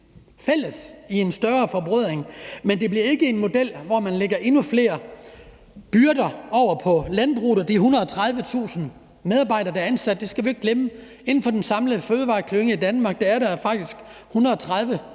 fælles i en større forbrødring, men det bliver ikke med en model, hvor man lægger endnu flere byrder over på landbruget og de 130.000 medarbejdere, der er ansat. Vi skal jo ikke glemme, at der inden for den samlede fødevareklynge i Danmark faktisk er 130.000